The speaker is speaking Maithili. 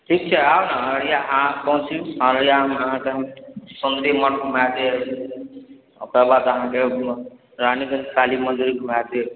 ठीक छै आउ ने अररिया अहाँ पहुँची अररियामे अहाँके हम सञ्जय मठ घुमा देब ओकर बाद अहाँके रानी काली मन्दिर घुमा देब